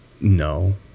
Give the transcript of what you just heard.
no